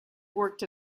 worked